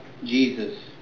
Jesus